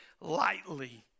lightly